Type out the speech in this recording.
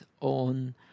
on